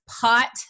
pot